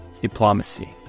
diplomacy